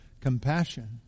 compassion